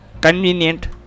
convenient